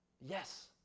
Yes